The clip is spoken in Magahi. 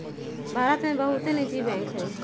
भारत में बहुते निजी बैंक हइ